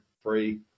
free